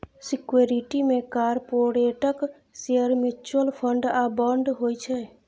security मे कारपोरेटक share, mutual fund आ बांड होइ छै